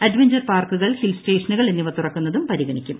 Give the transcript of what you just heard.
adventure പാർക്കുകൾ hill സ്റ്റേഷനുകൾ എന്നിവ തുറക്കുന്നതും പരിഗണിക്കും